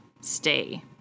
stay